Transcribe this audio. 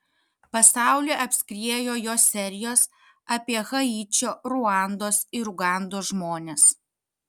pasaulį apskriejo jo serijos apie haičio ruandos ir ugandos žmones